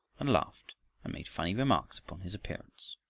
and laughed and made funny remarks upon his appearance.